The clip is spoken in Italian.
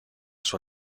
sua